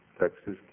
Texas